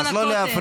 אז לא להפריע.